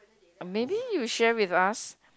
maybe you share with us